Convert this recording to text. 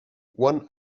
one